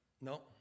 No